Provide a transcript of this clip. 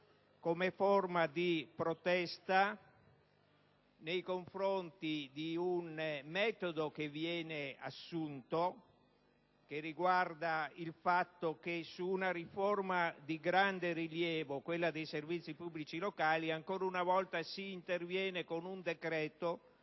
come forma di protesta nei confronti di un metodo che viene assunto e che riguarda il fatto che su una riforma di grande rilievo, quale quella dei servizi pubblici locali, ancora una volta si interviene con un decreto